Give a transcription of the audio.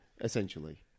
essentially